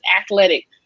athletic